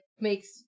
makes